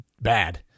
bad